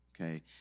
okay